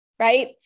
Right